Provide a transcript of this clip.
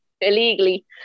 Illegally